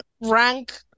rank